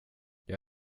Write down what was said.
jag